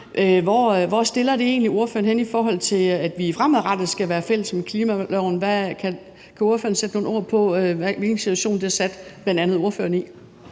Hvor stiller det egentlig ordføreren henne, i forhold til at vi fremadrettet skal være fælles om klimaloven? Kan ordføreren sætte nogle ord på, hvilken situation det har sat bl.a. ordføreren i?